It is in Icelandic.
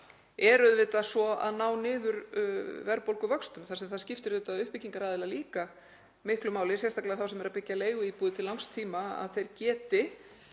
auðvitað að ná niður verðbólguvöxtum þar sem það skiptir uppbyggingaraðilar líka miklu máli, sérstaklega þá sem eru að byggja leiguíbúðir til langs tíma, að þeir geti